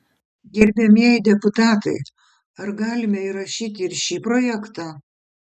gerbiamieji deputatai ar galime įrašyti ir šį projektą